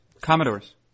Commodore's